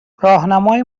راهنمای